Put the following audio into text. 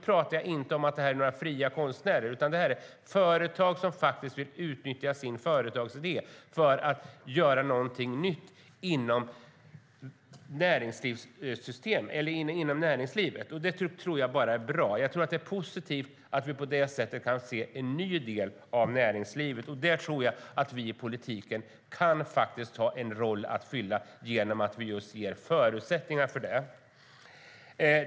Då talar jag inte om några fria konstnärer utan om företagare som vill utnyttja sin företagsidé och göra någonting nytt inom näringslivet. Det tror jag bara är bra. Det är positivt om vi på det sättet kan få en ny del i näringslivet. Där kan vi i politiken ha en roll att spela genom att ge förutsättningar för det.